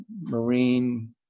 Marine